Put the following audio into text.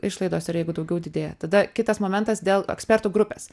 išlaidos ir jeigu daugiau didėja tada kitas momentas dėl ekspertų grupės